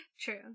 true